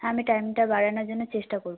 হ্যাঁ আমি টাইমটা বাড়ানোর জন্য চেষ্টা করব